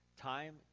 Time